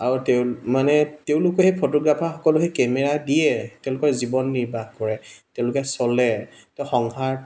আৰু তেওঁ মানে তেওঁলোকে ফটোগ্ৰাফাৰসকলে কেমেৰা দিয়ে তেওঁলোকৰ জীৱন নিৰ্বাহ কৰে তেওঁলোকে চলে তেওঁ সংসাৰ